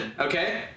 okay